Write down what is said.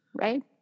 right